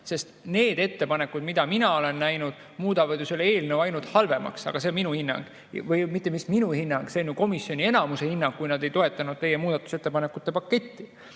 Need ettepanekud, mida mina olen näinud, muudaksid ju eelnõu ainult halvemaks. Aga see on minu hinnang, või mitte minu hinnang, see on komisjoni enamuse hinnang. Nad ei toetanud teie muudatusettepanekute paketti. Nüüd